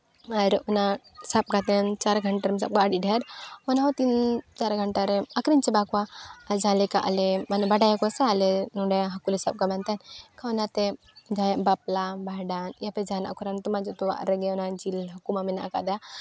ᱟᱨ ᱚᱱᱟ ᱥᱟᱵ ᱠᱟᱛᱮᱱ ᱪᱟᱨ ᱜᱷᱚᱱᱴᱟ ᱨᱮᱢ ᱥᱟᱵ ᱠᱚᱣᱟ ᱟᱹᱰᱤᱸ ᱰᱷᱮᱨ ᱚᱱᱟ ᱦᱚᱸ ᱛᱤᱱ ᱪᱟᱨ ᱜᱷᱚᱱᱴᱟ ᱨᱮᱢ ᱟᱹᱠᱷᱨᱤᱧ ᱪᱟᱵᱟ ᱠᱚᱣᱟ ᱡᱟᱦᱟᱸ ᱞᱮᱠᱟ ᱟᱞᱮ ᱵᱟᱰᱟᱭ ᱟᱠᱚ ᱥᱮ ᱟᱞᱮ ᱱᱚᱰᱮ ᱦᱟᱹᱠᱩ ᱞᱮ ᱥᱟᱵ ᱠᱚᱣᱟ ᱢᱮᱱᱛᱮ ᱠᱷᱟᱱ ᱚᱱᱟᱛᱮ ᱡᱟᱦᱟᱸᱭᱟᱜ ᱵᱟᱯᱞᱟ ᱵᱷᱟᱸᱰᱟᱱ ᱮᱭᱟᱨ ᱯᱚᱨ ᱡᱟᱦᱟᱱᱟᱜ ᱠᱚᱨᱮ ᱱᱤᱛᱚᱜᱢᱟ ᱡᱚᱛᱚᱣᱟᱜ ᱨᱮᱜᱮ ᱡᱤᱞ ᱦᱟᱹᱠᱩᱢᱟ ᱢᱮᱱᱟᱜ ᱟᱠᱟᱫᱟ